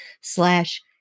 slash